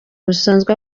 busanzwe